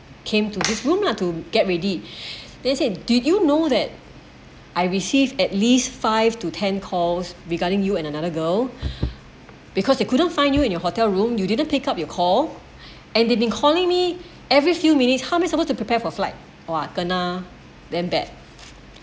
came to this room lah to get ready then he said did you know that I received at least five to ten calls regarding you and another girl because they couldn't find you in your hotel room you didn't pick up your call and they've been calling me every few minutes how am I supposed to prepare for flight !wah! kena them bad